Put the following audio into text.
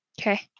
Okay